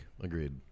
Agreed